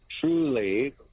truly